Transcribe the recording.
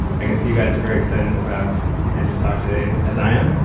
i can see you guys are very excited about andrew's talk today, as i am.